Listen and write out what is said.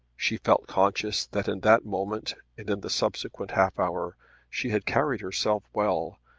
she felt conscious that in that moment and in the subsequent half hour she had carried herself well,